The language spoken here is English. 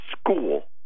school